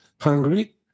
hungry